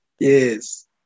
Yes